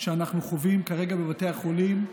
שאנחנו חווים כרגע בבתי החולים.